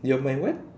you are my what